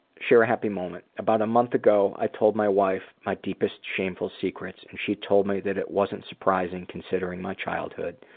share a happy moment. about a month ago i told my wife my deepest shameful secrets. and she told me it wasn't surprising considering my childhood.